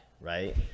right